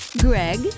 Greg